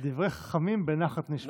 דברי חכמים בנחת נשמעים.